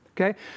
Okay